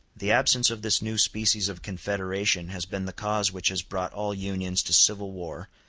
the absence of this new species of confederation has been the cause which has brought all unions to civil war,